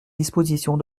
dispositions